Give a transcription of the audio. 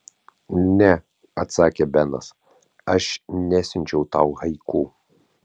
ne atsakė benas aš nesiunčiau tau haiku